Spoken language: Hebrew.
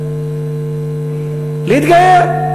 להתגייר.